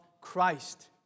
Christ